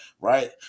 right